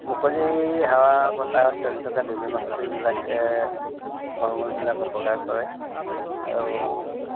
মুকলি হাৱা বতাহত চলি থকা ধূলি মাকতিবিলাকে ফল মূলবিলাক অপকাৰ কৰে আৰু